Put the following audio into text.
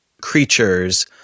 creatures